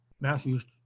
Matthew's